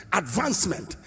advancement